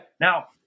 Now